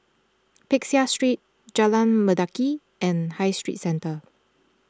Peck Seah Street Jalan Mendaki and High Street Centre